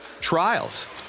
trials